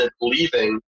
leaving